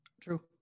True